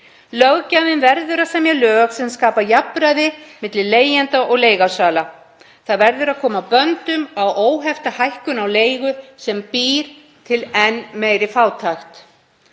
Löggjafinn verður að semja lög sem skapa jafnræði milli leigjenda og leigusala. Það verður að koma böndum á óhefta hækkun á leigu sem býr til enn meiri fátækt.